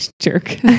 Jerk